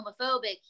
homophobic